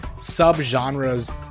sub-genres